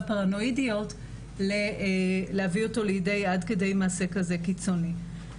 פרנואידיות להביא אותו עד כדי מעשה כזה קיצוני.